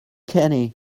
kenny